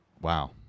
Wow